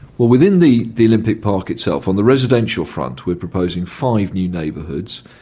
well, within the the olympic park itself, on the residential front we're proposing five new neighbourhoods,